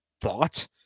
thought